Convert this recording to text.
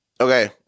Okay